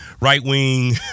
right-wing